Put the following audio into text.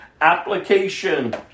application